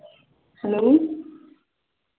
hello